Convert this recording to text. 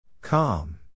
Calm